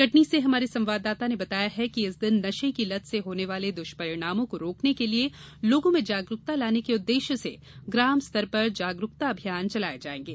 कटनी से हमारे संवाददाता ने बताया है कि इस दिन नशे की लत से होने वाले दुष्परिणामों को रोकने के लिये लोगों में जागरूकता लाने के उद्देश्य से ग्राम स्तर पर जागरूकता अभियान चलाए जाएगे